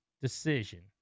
decision